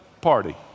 party